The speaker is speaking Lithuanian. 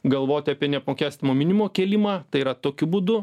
galvoti apie neapmokestinamo minimumo kėlimą tai yra tokiu būdu